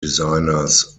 designers